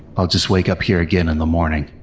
i'll just wake up here again in the morning.